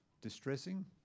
distressing